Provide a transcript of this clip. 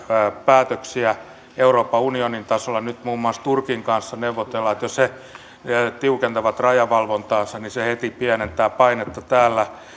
päätöksiä euroopan unionin tasolla nyt muun muassa turkin kanssa neuvotellaan jos he tiukentavat rajavalvontaansa niin se heti pienentää painetta täällä